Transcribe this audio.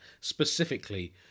specifically